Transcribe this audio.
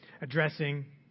addressing